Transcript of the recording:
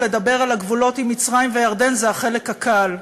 או לדבר על הגבולות עם מצרים וירדן זה החלק הקל,